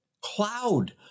cloud